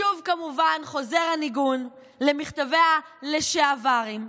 כמובן, שוב חוזר הניגון למכתבי הלשעברים.